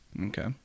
okay